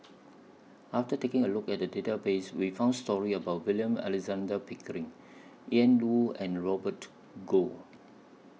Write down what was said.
after taking A Look At Database We found stories about William Alexander Pickering Ian Woo and Robert Goh